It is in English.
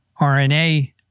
RNA